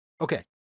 Okay